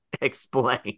Explain